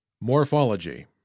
Morphology